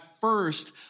first